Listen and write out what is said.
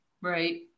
Right